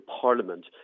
Parliament